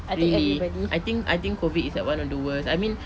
really I think I think COVID is like one of the worst I mean